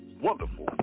wonderful